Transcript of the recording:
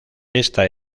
esta